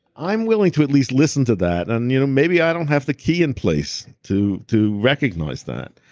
i'm willing to at least listen to that. and you know maybe i don't have the key in place to to recognize that.